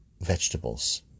vegetables